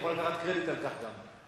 אתה יכול לקחת קרדיט על כך גם.